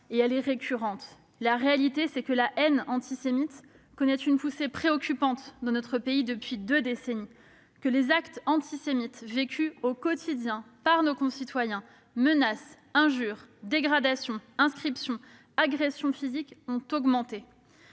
est là, récurrente. La réalité, c'est que la haine antisémite connaît une poussée préoccupante dans notre pays depuis deux décennies. Que les actes antisémites vécus au quotidien par nos concitoyens- menaces, injures, dégradations, inscriptions, agressions physiques ... -ont augmenté.